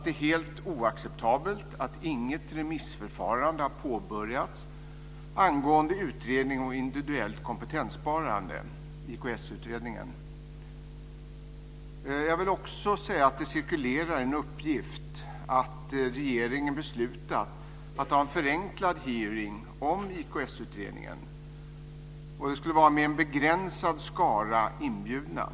Det är helt oacceptabelt att inget remissförfarande har påbörjats angående utredningen om individuellt kompetenssparande, IKS Jag vill också säga att det cirkulerar en uppgift om att regeringen beslutat att ha en förenklad hearing om IKS-utredningen. Det skulle vara med en begränsad skara inbjudna.